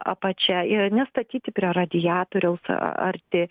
apačia ir nestatyti prie radiatoriaus a arti